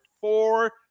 four